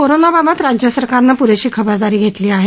कोरोनाबाबत राज्य सरकारनं प्रेशी खबरदारी घेतली आहे